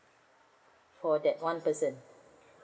for that one person